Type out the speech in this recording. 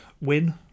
win